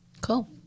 cool